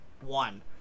One